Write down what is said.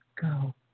go